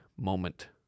moment